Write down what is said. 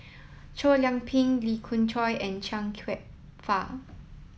Chow Yian Ping Lee Khoon Choy and Chia Kwek Fah